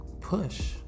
push